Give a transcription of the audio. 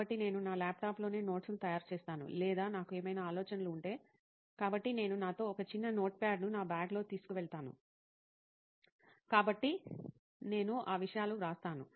కాబట్టి నేను నా ల్యాప్టాప్లోనే నోట్స్ లు తయారుచేస్తాను లేదా నాకు ఏమైనా ఆలోచనలు ఉంటే కాబట్టి నేను నాతో ఒక చిన్న నోట్ప్యాడ్ను నా బ్యాగ్లో తీసుకువెళుతున్నాను కాబట్టి నేను ఆ విషయాలు వ్రాస్తాను